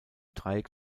dreieck